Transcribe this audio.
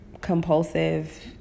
compulsive